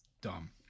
dumb